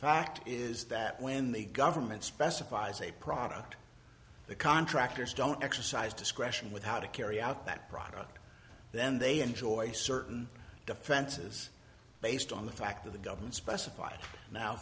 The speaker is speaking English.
fact is that when the government specifies a product the contractors don't exercise discretion with how to carry out that product then they enjoy certain defenses based on the fact that the government specified now